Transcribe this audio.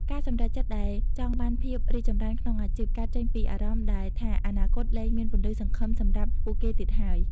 ការសម្រេចចិត្តលែងចង់បានភាពរីកចម្រើនក្នុងអាជីព កើតចេញពីអារម្មណ៍ដែលថាអនាគតលែងមានពន្លឺសង្ឃឹមសម្រាប់ពួកគេទៀតហើយ។